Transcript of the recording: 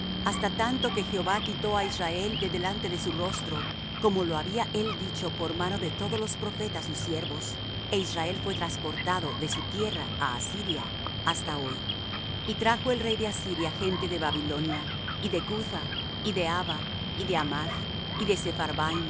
hasta tanto que jehová quitó á israel de delante de su rostro como lo había él dicho por mano de todos los profetas sus siervos é israel fué trasportado de su tierra á asiria hasta hoy y trajo el rey de asiria gente de babilonia y de cutha y de ava y de